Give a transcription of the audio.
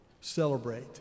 Celebrate